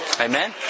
Amen